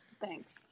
Thanks